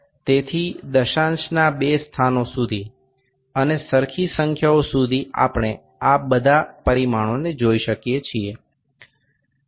તેથી દશાંશના બે સ્થાનો સુધી અને સરખી સંખ્યાઓ સુધી આપણે આ બધા પરિમાણોને જોઈ શકીએ છીએ